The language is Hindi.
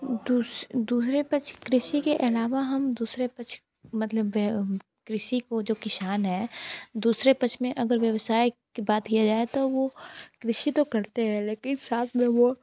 दूस दूहरे पक्ष कृषि के अलावा हम दूसरे पक्ष मतलब वे कृषि को जो किसान हैं दूसरे पक्ष में अगर व्यवसाय की बात किया जाए तो वो कृषि तो करते है लेकिन साथ में वो